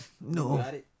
No